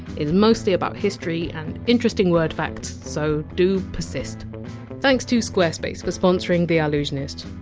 it! s mostly about history and interesting word facts, so, do persist thanks to squarespace for sponsoring the allusionist.